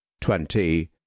twenty